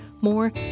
More